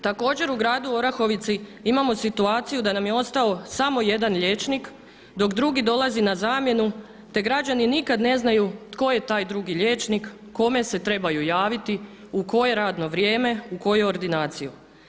Također u gradu Orahovici imamo situaciju da nam je ostao samo jedan liječnik dok drugi dolazi na zamjenu, te građani nikada ne znaju tko je taj drugi liječnik, kome se trebaju javiti u koje radno vrijeme u koju ordinaciju.